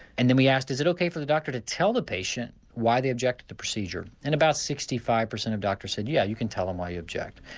and then we asked is it okay for the doctor to tell the patient why they object to the procedure. and about sixty five percent of doctors said yeah, you can tell them why you object'.